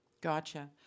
Gotcha